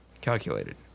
Calculated